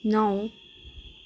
नौ